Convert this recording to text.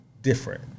different